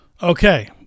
Okay